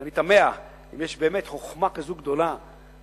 ואני תמה אם יש באמת חכמה כזו גדולה במדינה,